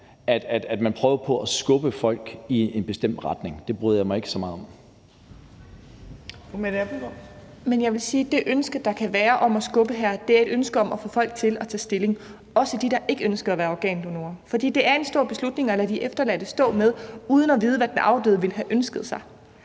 næstformand (Trine Torp): Fru Mette Abildgaard. Kl. 13:41 Mette Abildgaard (KF): Men jeg vil sige, at det ønske, der kan være, om at skubbe her, er et ønske om at få folk til at tage stilling, også dem, der ikke ønsker at være organdonorer, fordi det er en stor beslutning at lade de efterladte stå med, uden at de ved, hvad afdøde ville have ønsket.